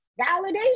validation